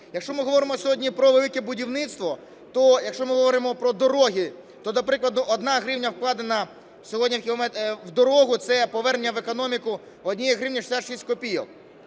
Якщо ми говоримо сьогодні про "Велике будівництво", то якщо ми говоримо про дороги, то, до прикладу, 1 гривня, вкладена сьогодні в дорогу, – це повернення в економіку 1 гривні 66 копійок.